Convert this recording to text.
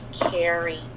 carry